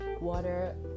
water